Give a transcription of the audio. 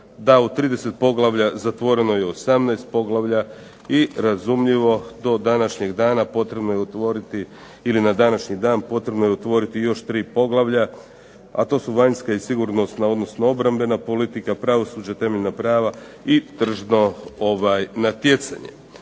da u 30 poglavlja zatvoreno je 18 poglavlja i razumljivo do današnjeg dana potrebno je otvoriti ili na današnji dan potrebno je otvoriti još 3 poglavlja, a to su vanjska i sigurnosno, odnosno obrambena politika, pravosuđe, temeljna prava i tržišno natjecanje.